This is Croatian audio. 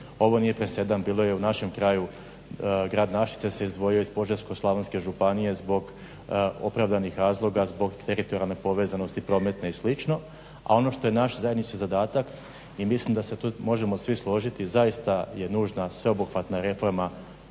Ovo nije presedan, bilo je i u našem kraju grad Našice se izdvojio iz Požeško-slavonske županije zbog opravdanih razloga zbog teritorijalne povezanosti prometne i slično. A ono što je naš zajednički zadatak i mislim da se tu možemo svi složiti zaista je nužna sveobuhvatna reforma